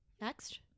Next